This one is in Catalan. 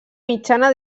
mitjana